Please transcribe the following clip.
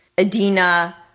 Adina